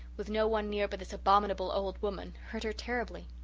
with no one near but this abominable old woman, hurt her terribly.